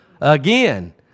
Again